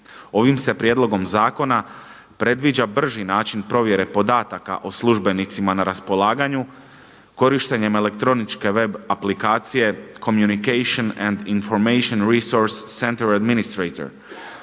Ovim se prijedlogom zakona predviđa brži način provjere podataka o službenicima na raspolaganju korištenjem elektroničke web aplikacije comunitation and information resurce centre of administration.